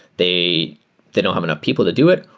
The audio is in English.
they they don't have enough people that do it,